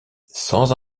sans